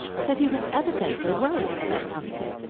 said he was evidently worrying about something,